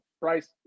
Bryce